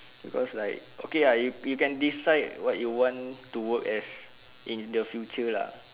because like okay ah you you can decide what you want to work as in the future lah